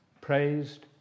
praised